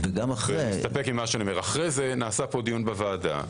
אחרי זה נעשה פה דיון בוועדה,